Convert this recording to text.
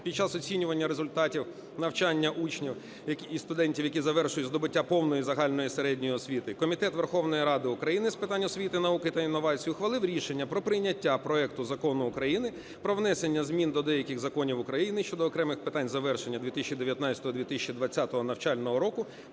під час оцінювання результатів навчання учнів і студентів, які звершують здобуття повної загальної середньої освіти, Комітет Верховної Ради України з питань освіти, науки та інновацій ухвалив рішення про прийняття проекту Закону України про внесення змін до деяких законів України щодо окремих питань завершення 2019-2020 навчального року,